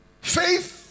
Faith